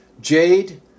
Jade